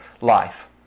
life